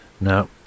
Now